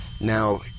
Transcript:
Now